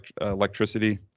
electricity